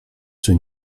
czy